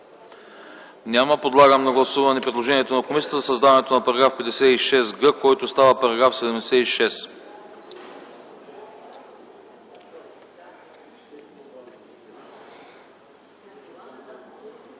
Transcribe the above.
Няма. Подлагам на гласуване предложението на комисията за създаването на § 56в, който става § 75.